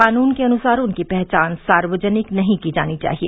कानून के अनुसार उनकी पहचान सार्वजनिक नहीं की जानी चाहिए